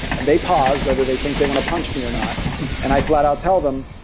and they pause, whether they think they want to punch me or not and i flat out tell them,